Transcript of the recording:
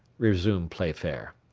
resumed playfair,